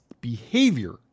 behavior